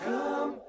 Come